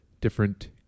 different